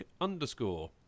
underscore